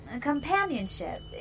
companionship